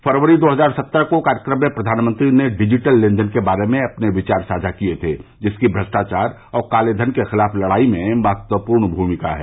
फरवरी दो हजार सत्रह को कार्यक्रम में प्रधानमंत्री ने डिजिटल लेन देन के बारे में अपने विचार साझा किए थे जिसकी भ्रष्टाचार और कालेधन के खिलाफ लड़ाई में महत्वपूर्ण भूमिका है